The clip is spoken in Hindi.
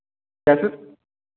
कैसे